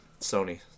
Sony